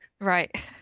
right